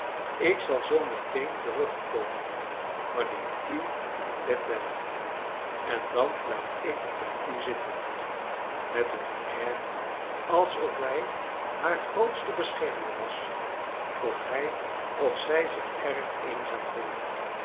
ik zal zoo meteen terugkomen wanneer u in bed bent en dan blijf ik bij u zitten met een air alsof hij haar grootste beschermer was vroeg hij of zij zich erg eenzaam voelde